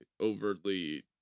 overtly